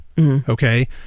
okay